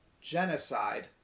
genocide